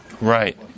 Right